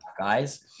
guys